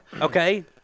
Okay